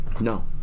No